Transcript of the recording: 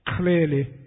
Clearly